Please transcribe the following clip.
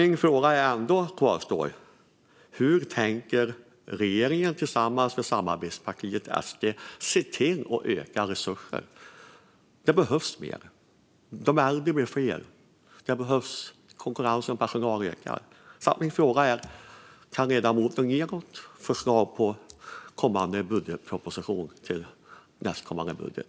Min fråga kvarstår: Hur tänker regeringen tillsammans med samarbetspartiet SD se till att öka resurserna? Det behövs mer. De äldre blir fler, och konkurrensen om personalen ökar. Kan ledamoten ge något förslag för att råda bot på detta i nästkommande budget?